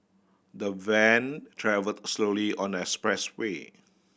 the van travelled slowly on their expressway